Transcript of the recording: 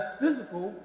physical